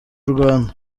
rwanda